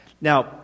Now